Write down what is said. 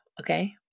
okay